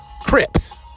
Crips